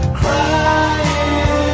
crying